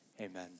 Amen